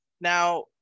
Now